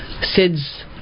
Sid's